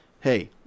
hey